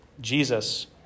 Jesus